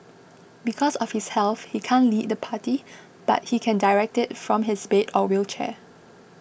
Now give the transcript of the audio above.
because of his health he can't lead the party but he can direct it from his bed or wheelchair